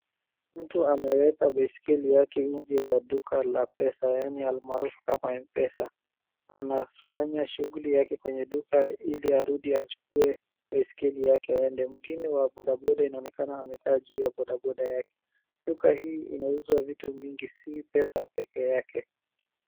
Mtu ameweka baiskeli yake nje ya duka la pesa yaani almaarafu kama M pesa. Anafanya shughuli yake kwenye duka ili arudi achukue baiskeli yake aende. Mwingine wa bodaboda anaonekana amekaa juu ya bodaboda yake. Duka hii inauzwa vitu mingi si pesa peke yake.